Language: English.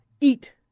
eat